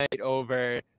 over